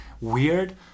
weird